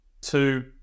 two